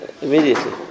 Immediately